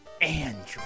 android